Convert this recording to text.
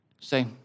Say